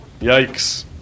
Yikes